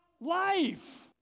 Life